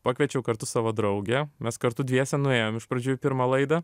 pakviečiau kartu savo draugę mes kartu dviese nuėjom iš pradžių į pirmą laidą